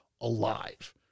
alive